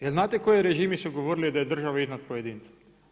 Je li znate koji režimi su govorili da je država iznad pojedinca?